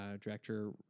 director